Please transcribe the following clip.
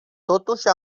totuși